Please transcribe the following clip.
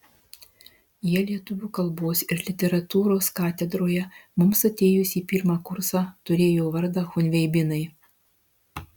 jie lietuvių kalbos ir literatūros katedroje mums atėjus į pirmą kursą turėjo vardą chunveibinai